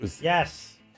Yes